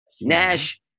Nash